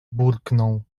burknął